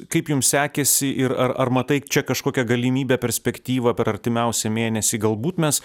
kaip jum sekėsi ir ar ar matai čia kažkokią galimybę perspektyvą per artimiausią mėnesį galbūt mes